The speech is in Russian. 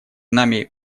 нами